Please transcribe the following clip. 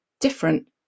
different